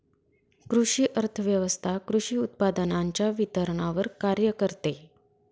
कृषी अर्थव्यवस्वथा कृषी उत्पादनांच्या वितरणावर कार्य करते